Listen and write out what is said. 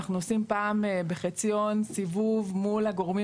אנחנו עושים פעם בחציון סיבוב מול הגורמים